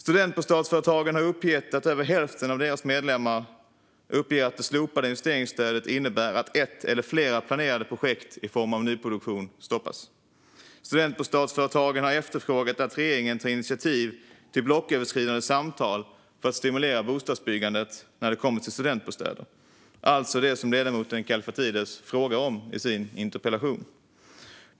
Studentbostadsföretagen säger att över hälften av deras medlemmar uppger att det slopade investeringsstödet innebär att ett eller flera planerade projekt i form av nyproduktion stoppas. Studentbostadsföretagen har efterfrågat att regeringen tar initiativ till blocköverskridande samtal för att stimulera bostadsbyggandet när det kommer till studentbostäder, alltså det som ledamoten Kallifatides frågar om i sin interpellation.